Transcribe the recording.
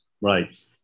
right